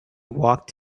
walked